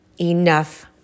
enough